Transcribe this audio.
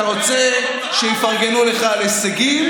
אתה רוצה שיפרגנו לך על ההישגים?